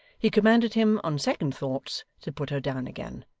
he commanded him, on second thoughts, to put her down again,